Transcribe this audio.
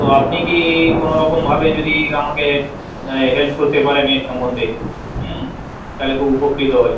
তো আপনি কি কোনোরকমভাবে যদি আমাকে হেল্প করতে পারেন এই সম্বন্ধে হুম তাহলে খুব উপকৃত হই